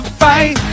fight